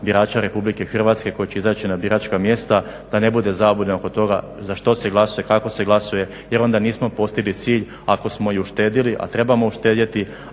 birača RH koji će izaći na biračka mjesta da ne bude zabune oko toga za što se glasuje, kako se glasuje jer onda nismo postigli cilj ako smo i uštedjeli, a trebamo uštedjeti.